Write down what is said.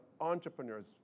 entrepreneurs